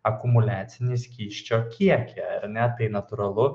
akumuliacinį skysčio kiekį ar ne tai natūralu